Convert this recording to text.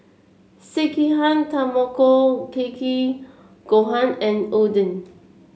Sekihan Tamago Kake Gohan and Oden